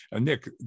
Nick